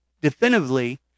definitively